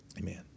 Amen